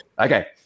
Okay